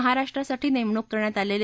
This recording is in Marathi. महाराष्ट्रासाठी नेमणूक करण्यात आलेले